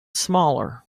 smaller